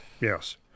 Yes